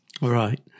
Right